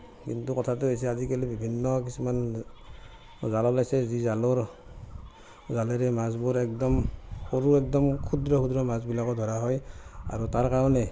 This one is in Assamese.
কিন্তু কথাটো হৈছে আজিকালি বিভিন্ন কিছুমান জাল ওলাইছে যি জালৰ জালেৰে মাছবোৰ একদম সৰু একদম ক্ষুদ্ৰ ক্ষুদ্ৰ মাছবিলাকো ধৰা হয় আৰু তাৰ কাৰণে